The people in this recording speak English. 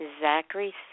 Zachary